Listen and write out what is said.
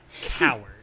coward